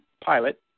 pilot